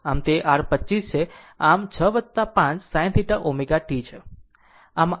આમ તે r 25 છે